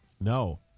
No